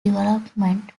development